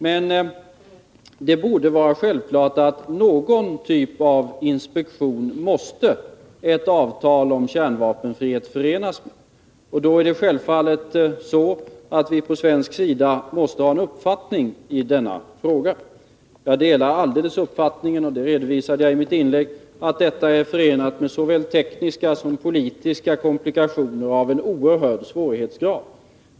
Men det borde vara självklart att någon typ av inspektioner måste ett avtal om kärnvapenfrihet förenas med, och då är det självfallet att vi på svensk sida måste ha en uppfattning i denna fråga. Jag delar helt uppfattningen — och det redovisade jag i mitt inlägg — att detta är förenat med såväl tekniska som politiska komplikationer av en oerhörd svårighetsgrad.